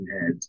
head